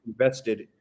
invested